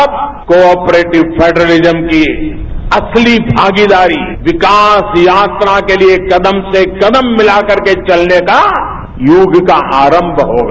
अब cooperative federalism की असली भागीदारी विकास यात्रा के लिए कदम से कदम मिला कर के चलने का युग का आरंभ होगा